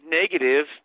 negative